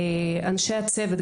אנשי הצוות,